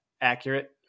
accurate